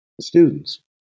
students